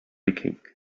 aching